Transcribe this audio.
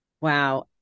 Wow